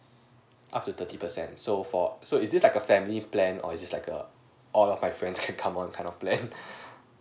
up to thirty percent so for so is this like a family plan or is like err all of my friends can come on kind of plan